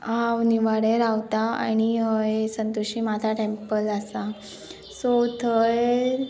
हांव निवाडे रावतां आणी हय संतोशी माता टॅम्पल आसा सो थंय